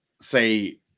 say